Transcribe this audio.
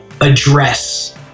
address